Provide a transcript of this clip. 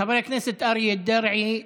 חבר הכנסת אריה דרעי,